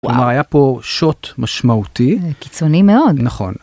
היה פה שוט משמעותי קיצוני מאוד נכון.